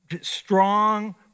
strong